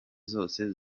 zose